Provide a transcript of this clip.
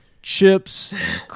Chips